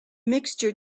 mixture